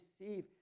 receive